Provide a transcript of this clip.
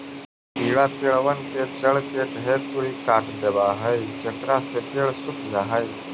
कीड़ा पेड़बन के जड़ के ढेर तुरी काट देबा हई जेकरा से पेड़ सूख जा हई